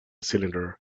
cylinder